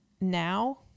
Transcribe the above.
now